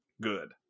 good